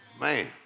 man